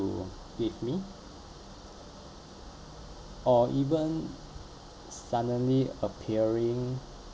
give me or even suddenly appearing